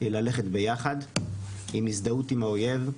ללכת יחד עם הזדהות עם האויב,